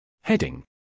Heading